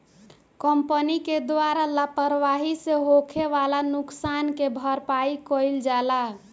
company के द्वारा लापरवाही से होखे वाला नुकसान के भरपाई कईल जाला